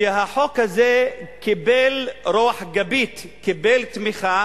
שהחוק הזה קיבל רוח גבית, קיבל תמיכה